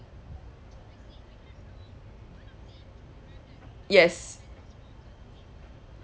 yes